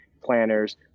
planners